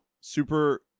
super